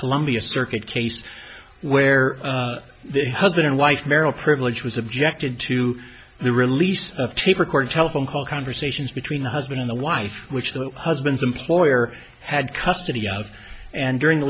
columbia circuit case where the husband and wife meryl privilege was subjected to the release of tape recorded telephone call conversations between husband and wife which the husband's employer had custody of and during the